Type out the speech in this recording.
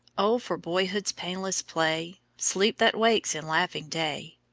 o for boyhood's painless play, sleep that wakes in laughing day,